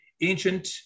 ancient